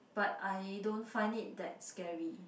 but I don't find it that scary